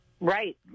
Right